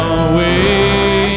away